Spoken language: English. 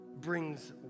brings